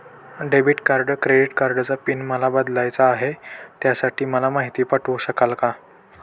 Debit आणि credit कार्डचा pin मला बदलायचा आहे, त्यासाठी मला माहिती पाठवू शकाल का?